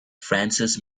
francis